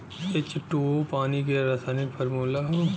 H two O पानी के रासायनिक फार्मूला हौ